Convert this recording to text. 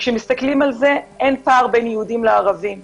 כשמסתכלים על זה, אין פער בין ערבים ליהודים.